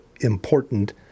important